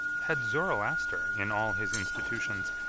had zoroaster, in all his institutions,